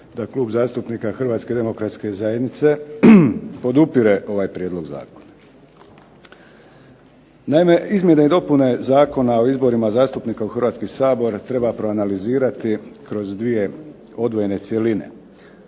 da Klub zastupnika HDZ-a podupire ovaj prijedlog zakona. Naime, izmjene i dopune Zakona o izborima zastupnika u Hrvatski sabor treba proanalizirati kroz dvije otvorene cjeline.